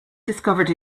discovered